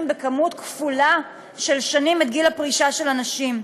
במספר כפול של שנים את גיל הפרישה של הנשים.